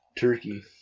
turkey